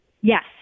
Yes